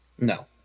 No